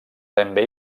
també